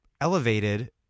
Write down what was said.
elevated